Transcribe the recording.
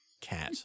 cat